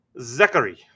Zachary